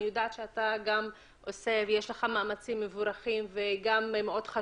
אני יודעת שאתה עושה שם הרבה והמאמצים שלך מבורכים וחשובים,